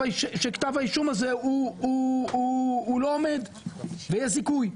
האישום הזה הוא לא עומד ויש סיכוי,